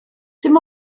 dim